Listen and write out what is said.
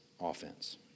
offense